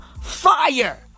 Fire